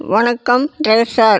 வணக்கம் driver sir